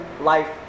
life